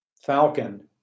falcon